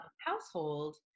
household